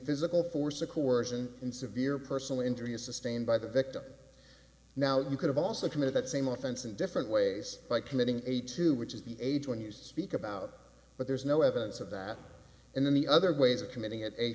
physical force or coercion in severe personal injury is sustained by the victim now you could have also committed that same offense in different ways by committing a two which is the age when you speak about but there's no evidence of that and then the other ways of committing it